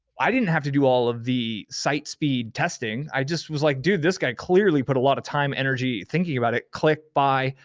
i didn't have to do all of the site speed testing, i just was like, dude, this guy clearly put a lot of time and energy thinking about it, click, buy.